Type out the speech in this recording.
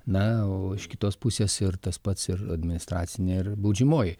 na o iš kitos pusės ir tas pats ir administracinė ar baudžiamoji